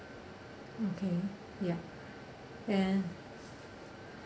okay yup and